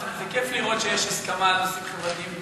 אבל זה כיף לראות שיש הסכמה על נושאים חברתיים.